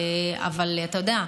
אבל אתה יודע,